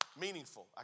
meaningful